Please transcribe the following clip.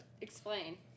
explain